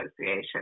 association